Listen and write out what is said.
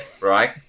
right